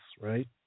right